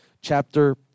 chapter